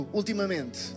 ultimamente